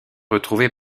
retrouvé